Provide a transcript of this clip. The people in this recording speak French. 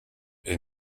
est